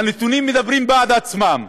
והנתונים מדברים בעד עצמם,